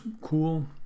cool